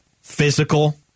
physical